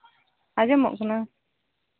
ᱟᱡᱚᱢᱚᱜ ᱠᱟᱱᱟ